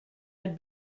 had